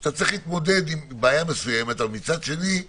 אתה צריך להתמודד עם בעיה מסוימת אתה יודע מה?